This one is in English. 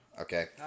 Okay